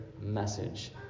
message